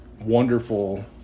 wonderful